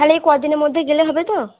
তাহলে এই ক দিনের মধ্যে গেলে হবে তো